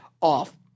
off